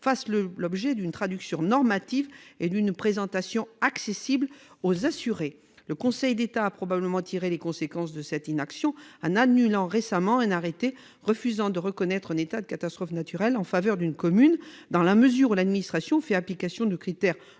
fassent l'objet d'une traduction normative et d'une présentation accessible aux assurés. Le Conseil d'État a probablement tiré les conséquences de cette inaction en annulant récemment un arrêté refusant de reconnaître l'état de catastrophe naturelle à une commune au motif que l'administration avait appliqué des critères